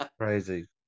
Crazy